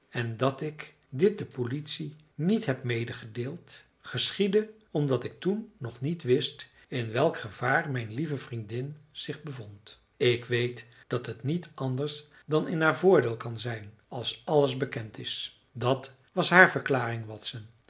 en dat ik dit de politie niet heb medegedeeld geschiedde omdat ik toen nog niet wist in welk gevaar mijn lieve vriendin zich bevond ik weet dat het niet anders dan in haar voordeel kan zijn als alles bekend is dat was haar verklaring watson